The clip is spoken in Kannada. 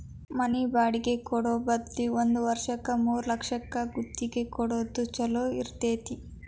ಮನಿ ಬಾಡ್ಗಿ ಕೊಡೊ ಬದ್ಲಿ ಒಂದ್ ವರ್ಷಕ್ಕ ಮೂರ್ಲಕ್ಷಕ್ಕ ಗುತ್ತಿಗಿ ಕೊಡೊದ್ ಛೊಲೊ ಇರ್ತೆತಿ